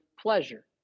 pleasure